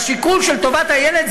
בשיקול של טובת הילד,